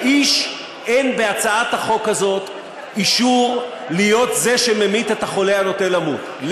לאיש אין בהצעת החוק הזאת אישור להיות זה שממית את החולה הנוטה למות.